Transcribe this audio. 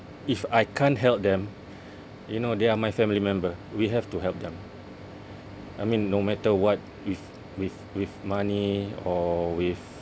if I can't help them you know they are my family member we have to help them I mean no matter what with with with money or with